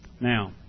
Now